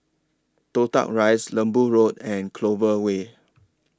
Toh Tuck Rise Lembu Road and Clover Way